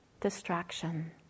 distraction